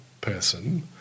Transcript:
person